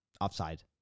Offside